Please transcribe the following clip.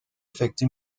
efecto